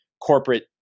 corporate